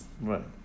right